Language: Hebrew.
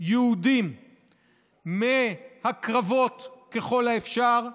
יהודים מהקרבות, ככל האפשר,